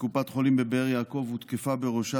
מקופת חולים בבאר יעקב הותקפה בראשה